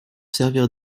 servir